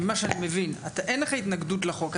מה שאני מבין, אין לך התנגדות לחוק.